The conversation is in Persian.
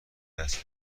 است